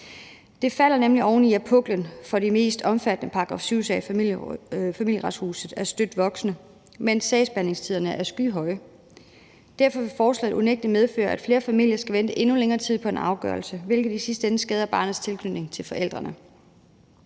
Det falder nemlig oven i, at puklen af de mest omfattende § 7-sager i Familieretshuset er støt voksende, mens sagsbehandlingstiderne er skyhøje. Derfor vil forslaget unægtelig medføre, at flere familier skal vente endnu længere tid på en afgørelse, hvilket i sidste ende skader barnets tilknytning til forældrene.